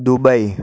Dubai